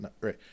Right